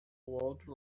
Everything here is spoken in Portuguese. outro